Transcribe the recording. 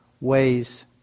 ways